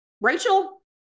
Rachel